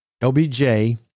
LBJ